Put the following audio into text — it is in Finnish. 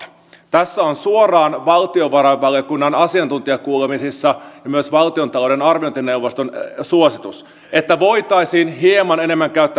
tässä on suoraan valtiovarainvaliokunnan asiantuntijakuulemisten ja myös valtiontalouden arviointineuvoston suositus että voitaisiin hieman enemmän käyttää veropalikkaa